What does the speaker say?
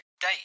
date